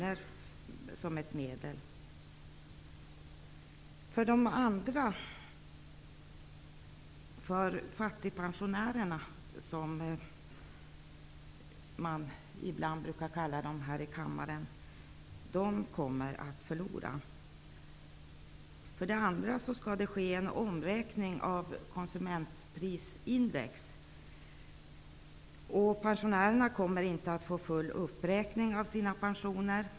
De andra, dvs. de vi här i kammaren ibland kallar fattigpensionärer, kommer att förlora. För det andra: Det skall ske en omräkning av konsumentprisindex. Pensionärerna kommer inte att få full uppräkning av sina pensioner.